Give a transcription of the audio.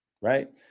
right